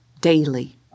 daily